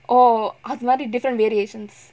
oh அதுமாரி:athumaari different variations